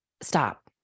stop